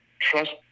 trust